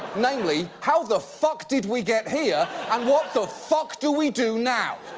namely how the fuck did we get here? and what the fuck do we do now?